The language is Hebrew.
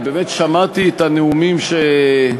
אני באמת שמעתי את הנאומים של האופוזיציה,